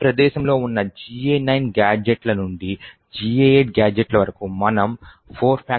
ఈ ప్రదేశంలో ఉన్న GA9 గాడ్జెట్ల నుండి GA8 గాడ్జెట్ వరకు మనం 4